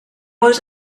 was